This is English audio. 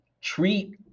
treat